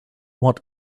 what